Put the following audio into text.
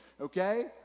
okay